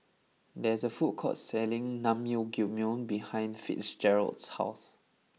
there is a food court selling Naengmyeon behind Fitzgerald's house